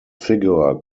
figure